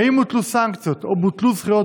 2. האם הוטלו סנקציות או בוטלו זכויות